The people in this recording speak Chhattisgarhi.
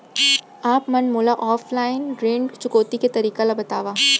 आप मन मोला ऑफलाइन ऋण चुकौती के तरीका ल बतावव?